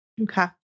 Okay